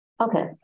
Okay